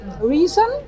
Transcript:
Reason